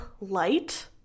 light